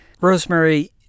Rosemary